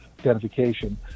identification